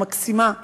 המקסימה והחכמה,